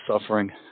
suffering